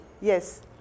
Yes